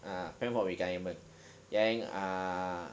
ah plan for retirement then ah